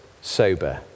sober